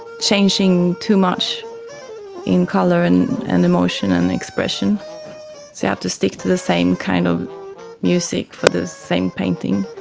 changing too much in colour and and emotion and expression. so you have to stick to the same kind of music for the same painting.